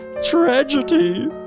tragedy